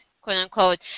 quote-unquote